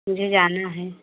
मुझे जाना है